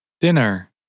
Dinner